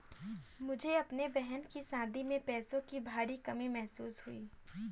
मुझे अपने बहन की शादी में पैसों की भारी कमी महसूस हुई